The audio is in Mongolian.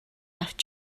авч